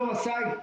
אזור א-סייד,